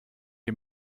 ihm